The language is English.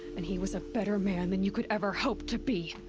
and he was better man than you could ever hope to be!